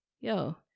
yo